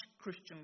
Christian